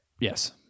Yes